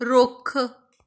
ਰੁੱਖ